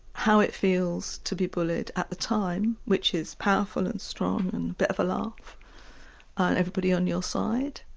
how it feels to be bullied at the time, which is powerful and strong and a bit of a laugh and everybody on your side.